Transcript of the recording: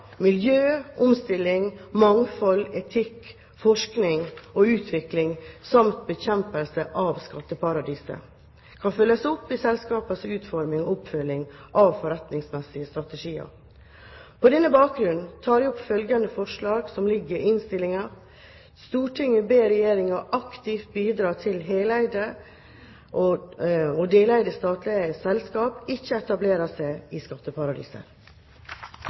miljø, omstilling, mangfold, etikk, forskning og utvikling samt bekjempelse av skatteparadiser, kan følges opp i selskapets utforming og oppfølging av forretningsmessige strategier. På denne bakgrunn tar jeg opp følgende forslag, som ligger i innstillingen: «Stortinget ber regjeringen aktivt bidra til at heleide og deleide statlige selskaper ikke etablerer seg i